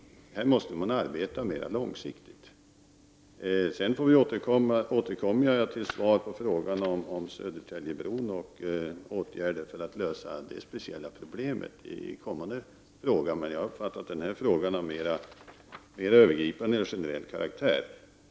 Detta arbete måste ske mer långsiktigt. Jag återkommer med ett svar på frågan om Södertäljebron och åtgärder för att lösa detta speciella problem när nästa fråga skall besvaras. Jag har emellertid uppfattat att denna fråga är av mer överbegripande och generell karaktär.